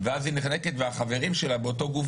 ואם אני מסתכלת ומתייחסת למה שראינו בשקפים הקודמים,